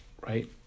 right